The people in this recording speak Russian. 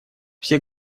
все